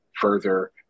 further